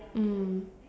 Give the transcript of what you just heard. mm